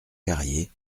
carrier